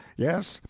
yes,